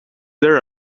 there